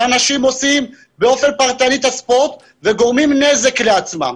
שאנשים עושים ספורט באופן פרטני וגורמים נזק לעצמם.